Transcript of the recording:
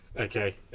Okay